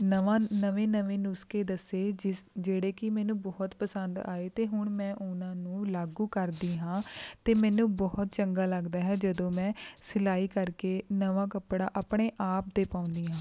ਨਵਾਂ ਨਵੇਂ ਨਵੇਂ ਨੁਸਖੇ ਦੱਸੇ ਜਿਸ ਜਿਹੜੇ ਕਿ ਮੈਨੂੰ ਬਹੁਤ ਪਸੰਦ ਆਏ ਅਤੇ ਹੁਣ ਮੈਂ ਉਨ੍ਹਾਂ ਨੂੰ ਲਾਗੂ ਕਰਦੀ ਹਾਂ ਅਤੇ ਮੈਨੂੰ ਬਹੁਤ ਚੰਗਾ ਲੱਗਦਾ ਹੈ ਜਦੋਂ ਮੈਂ ਸਿਲਾਈ ਕਰਕੇ ਨਵਾਂ ਕੱਪੜਾ ਆਪਣੇ ਆਪ 'ਤੇ ਪਾਉਂਦੀ ਹਾਂ